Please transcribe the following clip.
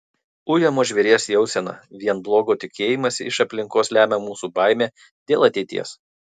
ujamo žvėries jauseną vien blogo tikėjimąsi iš aplinkos lemia mūsų baimė dėl ateities